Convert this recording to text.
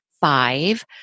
five